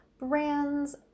brands